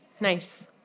Nice